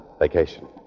vacation